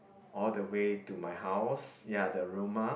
all the way to my house ya the aroma